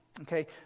okay